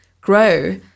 grow